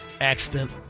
accident